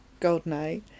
GoldenEye